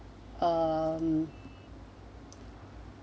um